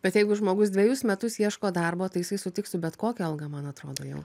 bet jeigu žmogus dvejus metus ieško darbo tai jisai sutiks su bet kokią algą man atrodo jau